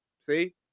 See